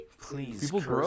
Please